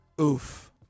Oof